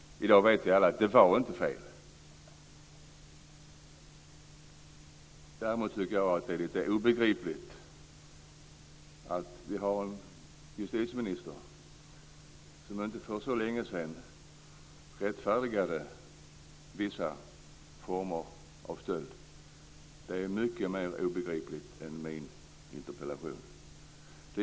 I dag vet vi alla att det inte var fel. Däremot tycker jag att det är obegripligt att vi har en justitieminister som inte för så länge sedan rättfärdigade vissa former av stöld. Det är mycket mer obegripligt än min interpellation.